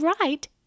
right